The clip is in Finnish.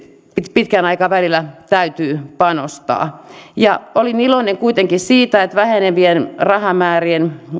pitkällä aikavälillä täytyy panostaa olin iloinen kuitenkin siitä että vähenevien rahamäärien